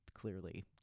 clearly